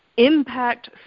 impact